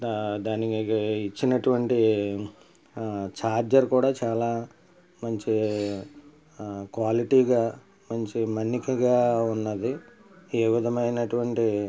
దాని దానికి ఇచ్చినటువంటి చార్జర్ కూడా చాలా మంచి క్వాలిటీగా మంచి మన్నికగా ఉన్నది ఈ విధమైనటువంటి